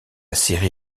série